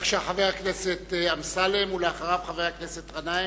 בבקשה, חבר הכנסת אמסלם, ואחריו, חבר הכנסת גנאים,